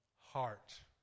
Heart